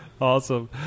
Awesome